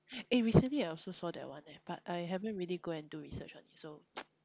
eh recently I also saw that one leh but I haven't really go and do research on it so